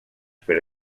pero